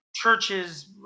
churches